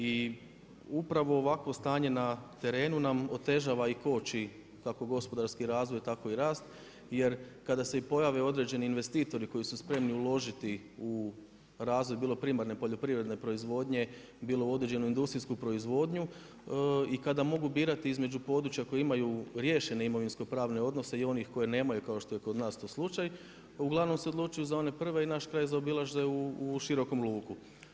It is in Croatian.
I upravo ovakvo stanje na terenu nam otežava i koči kako gospodarski razvoj tako i rast jer kada se pojave i određeni investitori koji su spremni uložiti u razvoj bilo primarne poljoprivredne proizvodnje, bilo određenu industrijsku proizvodnu i kada mogu birati između područja koja imaju riješene imovinsko pravne odnose i onih koji nemaju kao što je kod nas to slučaj, uglavnom se odlučuju za one prve i naš kraj zaobilaze i širokom luku.